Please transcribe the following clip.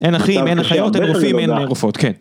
אין אחים, אין אחיות, אין רופאים, אין רופאות, כן.